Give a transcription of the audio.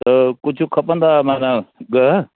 त कुझु खपंदा माना ॻह